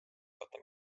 katta